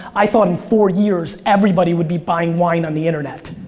i thought in four years everybody would be buying wine on the internet.